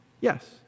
Yes